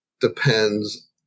depends